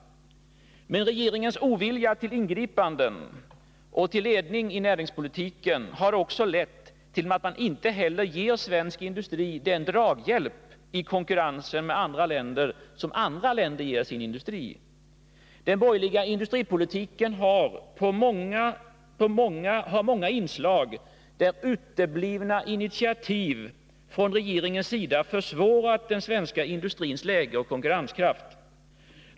Men regeringens ovilja till ingripanden och till ledning av näringspolitiken har också lett till att man inte heller ger svensk industri den draghjälp i konkurrensen med andra länder som andra länder ger sin industri. Den borgerliga industripolitiken har många inslag där uteblivna initiativ från regeringens sida försvårat den svenska industrins läge och konkurrenskraft.